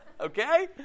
Okay